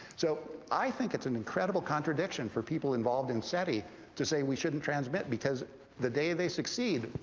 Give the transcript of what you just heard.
so i think it's an incredible contradiction for people involved in seti to say we shouldn't transmit, because the day they succeed,